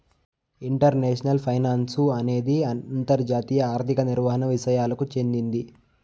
international finance అనేది అంతర్జాతీయ ఆర్థిక నిర్వహణ విసయాలకు చెందింది